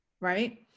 right